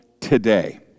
today